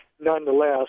nonetheless